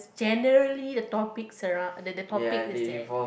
generally the topic surround the the topic is that